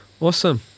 awesome